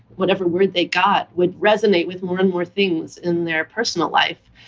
whatever word they got would resonate with more and more things in their personal life,